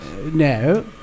No